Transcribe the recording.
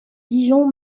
dijon